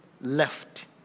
left